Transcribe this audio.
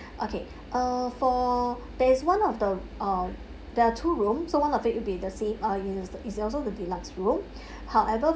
okay uh for there is one of the um there are two rooms so one of it will be the same uh it's the it's also the deluxe room however